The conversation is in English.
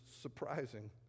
surprising